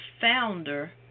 founder